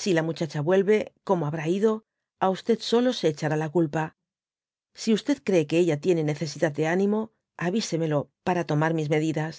si la muchacha yuelvoy como habrá ido á solo se hechará la culpa si cree que ella tiene necesidad de ánimo avíseme lo para tomar mis medidas